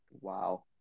Wow